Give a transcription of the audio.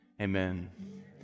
amen